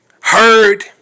heard